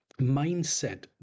mindset